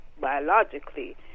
biologically